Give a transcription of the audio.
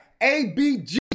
ABG